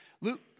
Luke